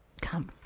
come